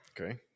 Okay